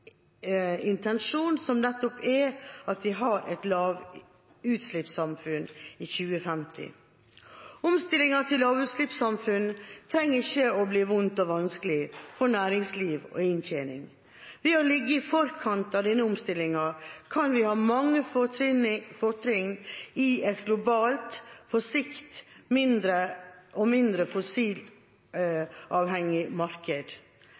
intensjon, som nettopp er at vi har et lavutslippssamfunn i 2050. Omstillingen til lavutslippssamfunn trenger ikke å bli vond og vanskelig for næringsliv og inntjening. Ved å ligge i forkant av denne omstillingen kan vi ha mange fortrinn i et globalt og på sikt mindre